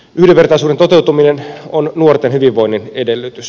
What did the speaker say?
yhdenvertaisuuden toteutuminen on nuorten hyvinvoinnin edellytys